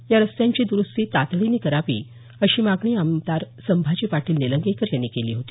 या रस्त्यांची दुरुस्ती तातडीनं करावी अशी मागणी आमदार संभाजी पाटील निलंगेकर यांनी केली होती